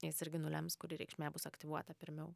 nes irgi nulems kuri reikšmė bus aktyvuota pirmiau